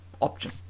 option